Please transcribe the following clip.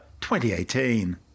2018